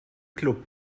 club